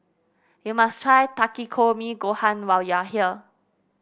you must try Takikomi Gohan when you are here